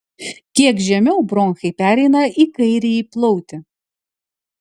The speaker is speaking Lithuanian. kiek žemiau bronchai pereina į kairįjį plautį